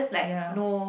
ya